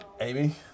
Amy